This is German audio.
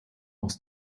aus